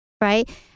Right